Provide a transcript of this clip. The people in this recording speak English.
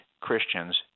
Christians